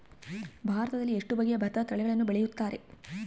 ಭಾರತದಲ್ಲಿ ಎಷ್ಟು ಬಗೆಯ ಭತ್ತದ ತಳಿಗಳನ್ನು ಬೆಳೆಯುತ್ತಾರೆ?